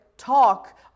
Talk